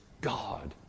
God